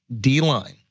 D-line